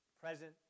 present